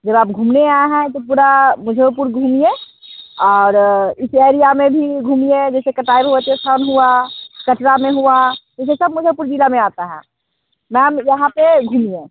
अगर आप घूमने आए हैं तो पूरा मुज़फ़्फ़पुर घूमिए और इस एरिया में भी भी घूमिए जैसे कटारी वो स्थान हुआ कतला में हुआ तो ये सब मुज़फ़्फ़रपुर ज़िला में आता है मैम यहाॅं पे घूमिए